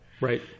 Right